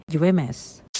UMS